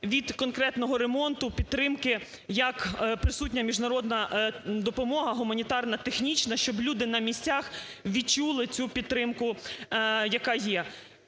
від конкретного ремонту підтримки, як присутня міжнародна гуманітарна технічна, щоб люди на місцях відчули цю підтримку, яка є.